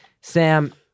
Sam